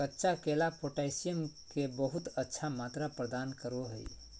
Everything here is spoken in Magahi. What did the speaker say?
कच्चा केला पोटैशियम के बहुत अच्छा मात्रा प्रदान करो हइ